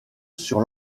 sur